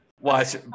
watch